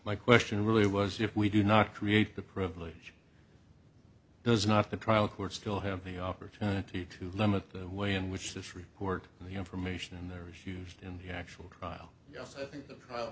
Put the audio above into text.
my question really was if we do not create the privilege does not the trial court still have the opportunity to limit the way in which this report and the information in there is used in the actual trial yes i think the